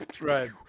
Right